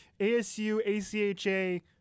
ASU-ACHA